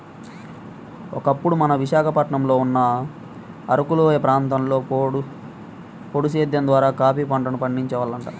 ఒకప్పుడు మన విశాఖపట్నంలో ఉన్న అరకులోయ ప్రాంతంలో పోడు సేద్దెం ద్వారా కాపీ పంటను పండించే వాళ్లంట